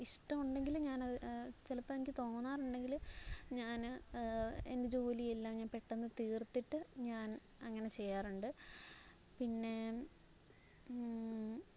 ഇഷ്ടമുണ്ടെങ്കിലും ഞാനത് ചിലപ്പോള് എനിക്ക് തോന്നാറുണ്ടെങ്കില് ഞാന് എന്റെ ജോലിയെല്ലാം ഞാൻ പെട്ടെന്ന് തീ ര്ത്തിട്ട് ഞാന് അങ്ങനെ ചെയ്യാറുണ്ട് പിന്നെ